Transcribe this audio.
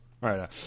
Right